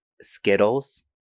Skittles